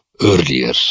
earlier